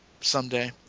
someday